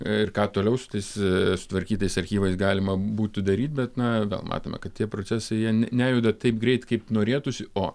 ir ką toliau su tais sutvarkytais archyvais galima būtų daryti bet na matome kad tie procesai jie nejuda taip greit kaip norėtųsi o